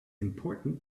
important